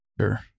sure